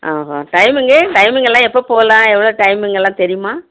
ஆஹா timing டைமிங்கெல்லாம் எப்போது போகலாம் எவ்வளோ டைமிங்கெல்லாம் தெரியுமா